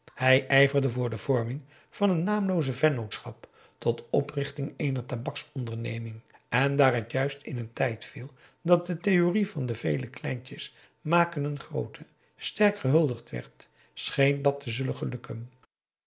hij ijverde voor de vorming van een naamlooze vennootschap tot oprichting eener tabaksonderneming en daar het juist in een tijd viel dat de theorie van de p a daum hoe hij raad van indië werd onder ps maurits vele kleintjes maken een groote sterk gehuldigd werd scheen dat te zullen gelukken